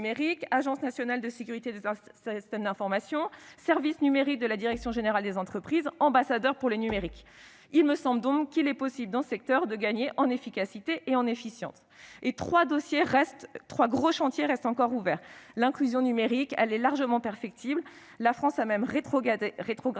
Agence nationale de la sécurité des systèmes d'information, service numérique de la direction générale des entreprises, ambassadeur pour le numérique. Il me semble donc qu'il est possible, dans ce secteur, de gagner en efficacité et en efficience. Trois grands chantiers restent ouverts. L'inclusion numérique, tout d'abord, est largement perfectible. En la matière, la France a même rétrogradé,